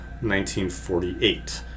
1948